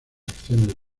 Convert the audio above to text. acciones